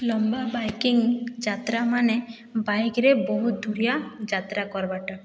ଲମ୍ବା ବାଇକିଂ ଯାତ୍ରାମାନେ ବାଇକ୍ରେ ବହୁତ ଦୁରିଆ ଯାତ୍ରା କର୍ବାରଟା